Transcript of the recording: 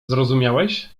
zrozumiałeś